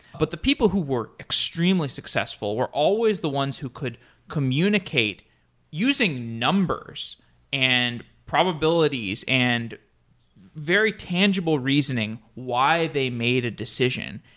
but the people who were extremely successful were always the ones who could communicate using numbers and probabilities and very tangible reasoning why they made a decision,